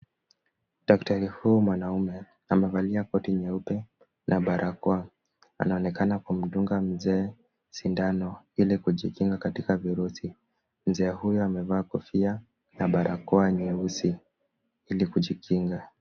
Daktari huyu mwanaume amevalia koti nyeupe na barakoa. Anaonekana kumdunga mzee sindano ili kujikinga katika virusi. Mzee huyu amevaa kofia na barakoa nyeusi ili kujikinga.